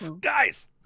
guys